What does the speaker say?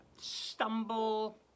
stumble